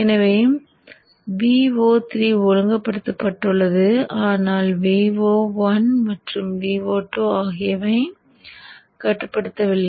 எனவே Vo3 ஒழுங்குபடுத்தப்பட்டுள்ளது ஆனால் Vo1 மற்றும் Vo2 ஆகியவை கட்டுப்படுத்தப்படவில்லை